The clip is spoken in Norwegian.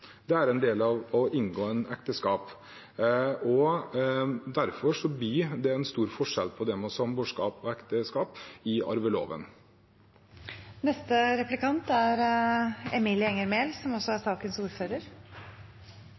det er en del av å inngå ekteskap. Derfor blir det en stor forskjell på samboerskap og ekteskap i